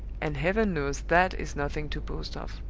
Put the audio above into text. and heaven knows that is nothing to boast of!